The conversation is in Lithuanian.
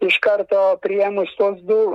iš karto priėmus tuos du